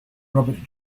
robert